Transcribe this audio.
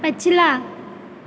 पछिला